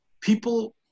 people